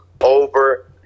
over